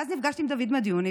ואז נפגשתי עם דוד מדיוני,